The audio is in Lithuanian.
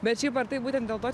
bet šiaip ar taip būtent dėl to